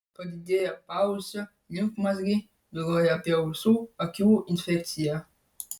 padidėję paausio limfmazgiai byloja apie ausų akių infekciją